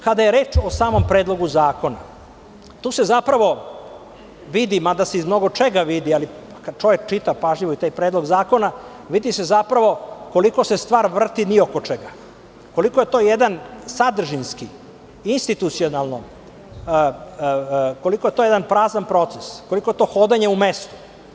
Kada je reč o Predlogu zakona, tu se zapravo vidi, mada se i iz mnogo čega vidi, ali kada čovek čita pažljivo taj predlog zakona, vidi se koliko se stvar vrti ni oko čega, koliko je to jedan sadržinski, institucijalno, koliko je to jedan prazan proces, hodanje u mestu.